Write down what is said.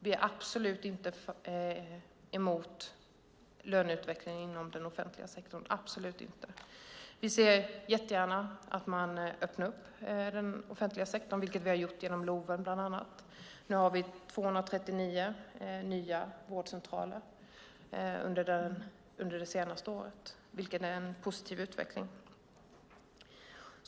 Vi är absolut inte emot löneutvecklingen inom den offentliga sektorn, absolut inte. Vi ser jättegärna att man öppnar upp den offentliga sektorn, vilket vi har gjort genom LOV bland annat. Vi har fått 239 nya vårdcentraler under det senaste året, vilket är en positiv utveckling.